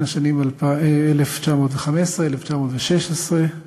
בשנים 1915 1916,